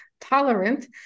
tolerant